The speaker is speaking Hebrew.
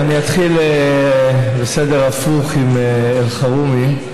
אתחיל בסדר הפוך, עם אלחרומי.